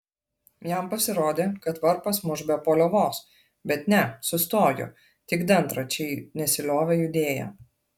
jam pasirodė kad varpas muš be paliovos bet ne sustojo tik dantračiai nesiliovė judėję